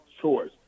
choice